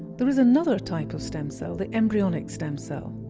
there is another type of stem cell, the embryonic stem cell.